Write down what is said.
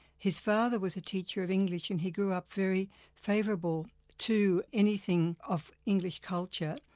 his father was a teacher of english, and he grew up very favourable to anything of english culture.